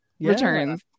returns